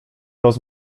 roz